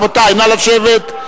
רבותי, נא לשבת.